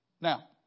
Now